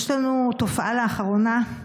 יש לנו תופעה לאחרונה,